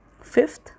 Fifth